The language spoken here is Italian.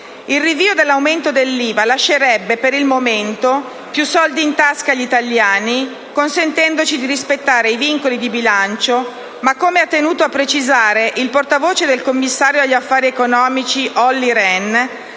Il rinvio dell'aumento dell'IVA lascerebbe, per il momento, più soldi in tasca agli italiani, consentendoci di rispettare i vincoli di bilancio, ma come ha tenuto a precisare il portavoce del commissario agli affari economici Olli Rehn,